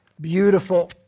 beautiful